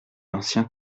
l’ancien